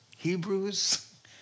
Hebrews